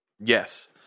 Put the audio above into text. yes